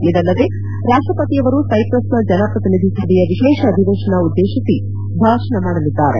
ಇದಲ್ಲದೆ ರಾಷ್ಷಪತಿಯವರು ಸೈಪ್ರೆಸ್ನ ಜನಪ್ರತಿನಿಧಿ ಸಭೆಯ ವಿಶೇಷ ಅಧಿವೇಶನ ಉದ್ದೇಶಿಸಿ ಭಾಷಣ ಮಾಡಲಿದ್ದಾರೆ